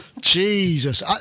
Jesus